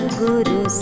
guru